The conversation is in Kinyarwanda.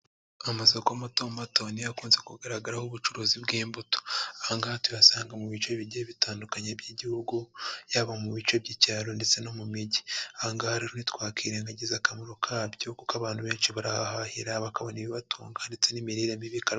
Amasoko mato mato niyo akunze kugaragaraho ubucuruzi bw'imbuto. Ayangaya tuyasanga mu bice bigeye bitandukanye by'igihugu, yaba mu bice by'icyaro ndetse no mu migi. Ahangaha rero ntitwakirengagiza akamaro kabyo, kuko abantu benshi barahahira bakabona ibibatunga ndetse n'imirire mibi ikarangira.